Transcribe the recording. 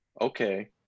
okay